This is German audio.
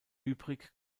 übrig